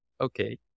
okay